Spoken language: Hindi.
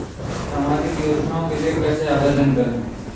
सामाजिक योजना के लिए कैसे आवेदन करें?